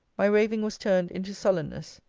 my raving was turned into sullenness.